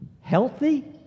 healthy